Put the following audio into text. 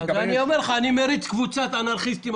אני יכול להריץ עכשיו קבוצת אנרכיסטים